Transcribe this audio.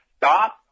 Stop